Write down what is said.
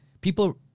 People